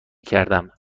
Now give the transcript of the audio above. کردم